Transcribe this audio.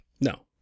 No